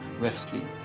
Wesley